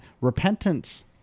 repentance –